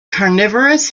carnivorous